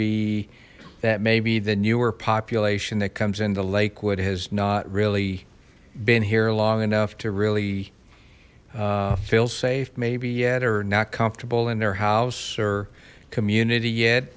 be that maybe the newer population that comes in to lakewood has not really been here long enough to really feel safe maybe yet or not comfortable in their house or community yet